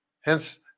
Hence